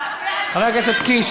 חבר הכנסת קיש,